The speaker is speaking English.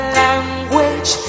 language